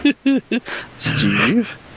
Steve